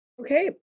Okay